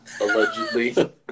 Allegedly